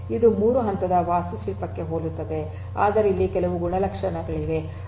ಇದು 3 ಹಂತದ ವಾಸ್ತುಶಿಲ್ಪಕ್ಕೆ ಹೋಲುತ್ತದೆ ಆದರೆ ಇಲ್ಲಿ ಕೆಲವು ಗುಣಲಕ್ಷಣಗಳಿವೆ